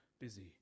busy